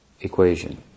equation